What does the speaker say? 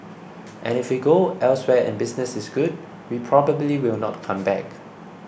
and if we go elsewhere and business is good we probably will not come back